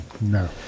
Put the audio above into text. No